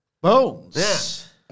Bones